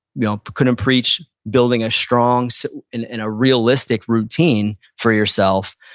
you know couldn't preach building a strong so and and a realistic routine for yourself,